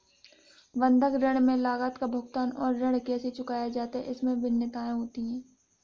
बंधक ऋण में लागत का भुगतान और ऋण कैसे चुकाया जाता है, इसमें भिन्नताएं होती हैं